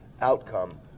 outcome